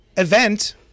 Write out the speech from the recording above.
event